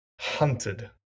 hunted